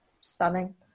stunning